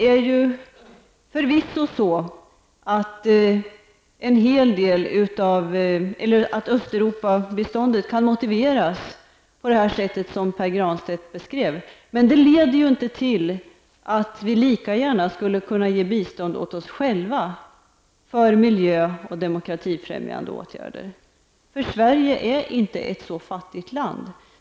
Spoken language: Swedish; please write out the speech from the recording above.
Det är förvisso så att bistånd till Östeuropa kan motiveras på det sätt som Pär Granstedt beskrev. Men det leder inte till att vi lika gärna skulle kunna ge bistånd åt oss själva för miljö och demokratifrämjande åtgärder. Sverige är inte ett så fattigt land.